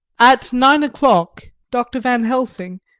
at nine o'clock dr. van helsing,